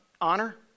honor